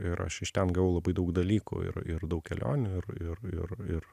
ir aš iš ten gavau labai daug dalykų ir ir daug kelionių ir ir ir ir